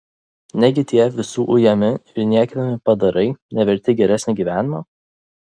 negi tie visų ujami ir niekinami padarai neverti geresnio gyvenimo